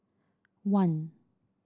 one